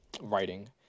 writing